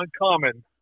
uncommon